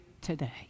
today